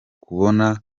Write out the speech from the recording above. kubona